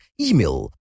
email